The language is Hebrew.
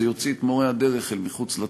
זה יוציא את מורי הדרך מהתמונה,